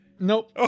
Nope